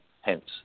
hence